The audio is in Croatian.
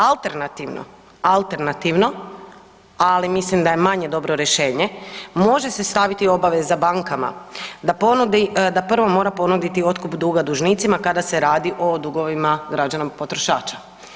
Alternativno, alternativno ali mislim da je manje dobro rješenje može se staviti obaveza bankama da prvo mora ponuditi otkup duga dužnicima kada se radi o dugovima građana potrošača.